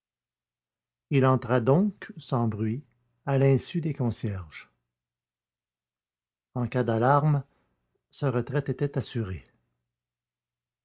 il rentra donc sans bruit à l'insu des concierges en cas d'alarme sa retraite était assurée